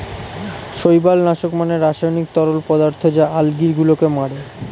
শৈবাল নাশক মানে রাসায়নিক তরল পদার্থ যা আলগী গুলোকে মারে